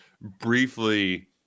briefly